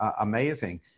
amazing